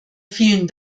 vielen